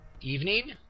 evening